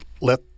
let